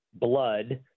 blood